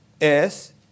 es